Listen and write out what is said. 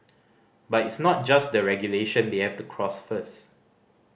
but it's not just the regulation they have to cross first